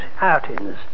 outings